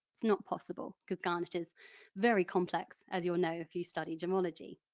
it's not possible because garnet is very complex, as you'll know if you study gemmology.